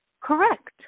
correct